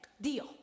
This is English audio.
deal